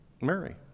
Mary